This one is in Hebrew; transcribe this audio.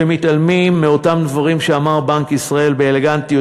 שמתעלמים מאותם דברים שאמר בנק ישראל באלגנטיות,